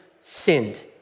sinned